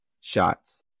shots